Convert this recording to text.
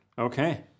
Okay